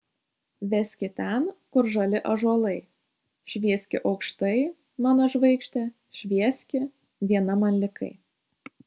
veski ten kur žali ąžuolai švieski aukštai mano žvaigžde švieski viena man likai